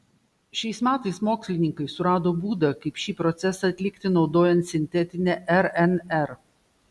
šiais metais mokslininkai surado būdą kaip šį procesą atlikti naudojant sintetinę rnr